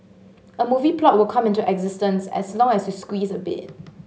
a movie plot will come into existence as long as you squeeze a bit